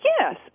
Yes